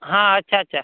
हा अच्छा अच्छा